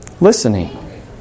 Listening